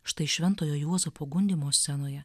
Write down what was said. štai šventojo juozapo gundymo scenoje